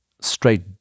straight